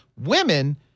women